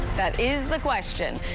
that is the question.